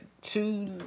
Two